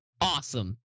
Awesome